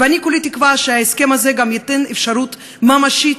ואני כולי תקווה שההסכם הזה גם ייתן אפשרות ממשית